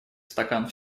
стакан